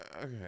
okay